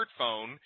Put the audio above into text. smartphone